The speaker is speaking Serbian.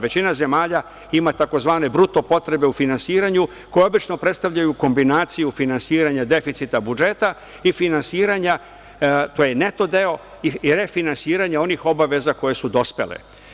Većina zemalja ima tzv. potrebe u finansiranju koje obično predstavljaju kombinaciju finansiranja deficita budžeta, to je neto deo, i refinansiranja onih obaveza koje su dospele.